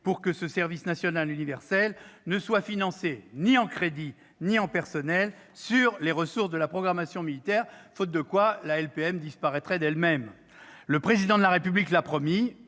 pour que ce service national universel ne soit financé ni en crédits ni en personnels par les ressources de la programmation militaire. Faute de quoi, la LPM disparaîtrait. Le Président de la République l'a promis